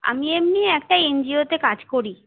আমি এমনি একটা এনজিওতে কাজ করি